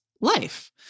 life